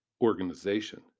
organization